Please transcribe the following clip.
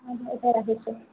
হ'ব এতিয়া ৰাখিছোঁ